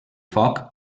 foc